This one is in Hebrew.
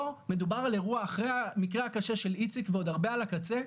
פה מדובר על אירוע אחרי המקרה הקשה של איציק ועוד הרבה על הקצה,